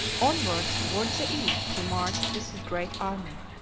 onwards towards the east he marched with his great army.